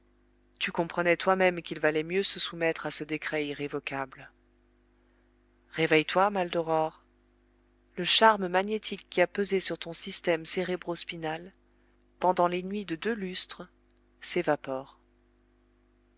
tu comprenais toi-même qu'il valait mieux se soumettre à ce décret irrévocable réveille-toi maldoror le charme magnétique qui a pesé sur ton système cérébro spinal pendant les nuits de deux lustres s'évapore